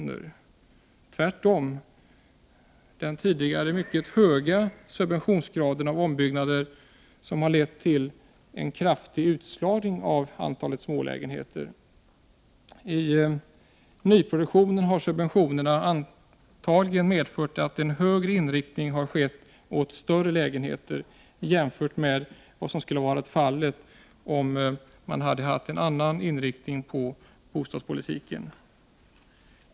Det är den tidigare mycket höga subventionsgraden beträffande ombyggnader som har lett till en kraftig utslagning av antalet smålägenheter. I nyproduktionen har subventionerna antagligen medfört att man mera inriktar sig på större lägenheter, jämfört med vad som skulle ha varit fallet om man hade haft en annan inriktning av bostadspolitiken.